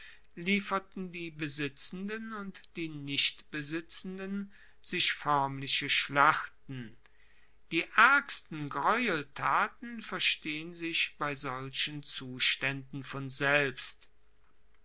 lieferten die besitzenden und die nichtbesitzenden sich foermliche schlachten die aergsten greueltaten verstehen sich bei solchen zustaenden von selbst